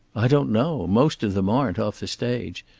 i don't know. most of them aren't, off the stage.